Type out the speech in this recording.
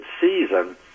season